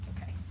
Okay